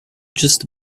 just